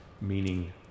meaning